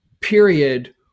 period